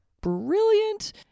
brilliant